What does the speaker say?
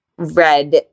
Red